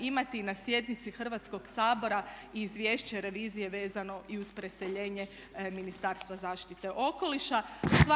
imati na sjednici Hrvatskoga sabora i izvješće revizije vezano i uz preseljenje Ministarstva zaštite okoliša.